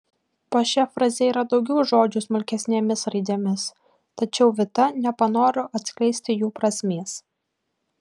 po šia fraze yra daugiau žodžių smulkesnėmis raidėmis tačiau vita nepanoro atskleisti jų prasmės